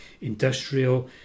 industrial